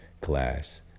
class